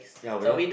ya my god